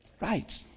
Right